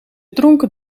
dronken